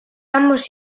ambos